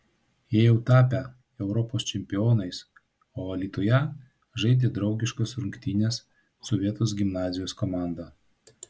jie jau tapę europos čempionais o alytuje žaidė draugiškas rungtynes su vietos gimnazijos komanda